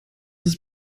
ist